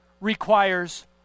requires